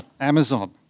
Amazon